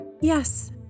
Yes